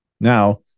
Now